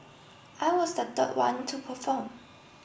I was the third one to perform